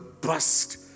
bust